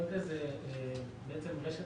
זה רשת